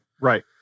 Right